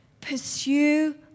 pursue